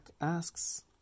asks